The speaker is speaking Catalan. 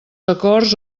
acords